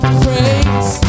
praise